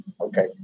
okay